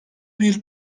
bir